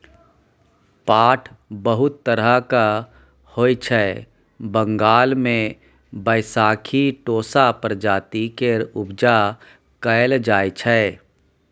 पाट बहुत तरहक होइ छै बंगाल मे बैशाखी टोसा प्रजाति केर उपजा कएल जाइ छै